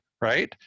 right